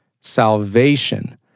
salvation